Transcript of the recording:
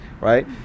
right